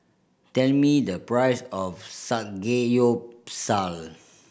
tell me the price of Samgeyopsal